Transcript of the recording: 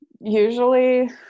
Usually